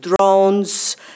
drones